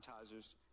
advertisers